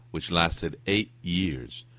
which lasted eight years,